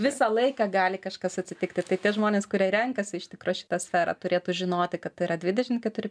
visą laiką gali kažkas atsitikti tai tie žmonės kurie renkasi iš tikro šitą sferą turėtų žinoti kad tai yra dvidešim keturi